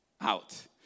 out